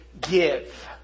give